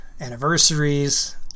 anniversaries